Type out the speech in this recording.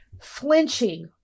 Flinching